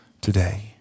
today